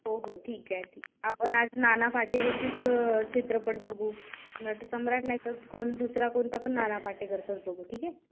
हो हो ठीक आहे ठीक आपण आज नाना पाटेकरचीच चित्रपट बघू नटसम्राट नाही तर कोण दुसरा कोणता पण नाना पाटेकरचाच बघू ठीक आहे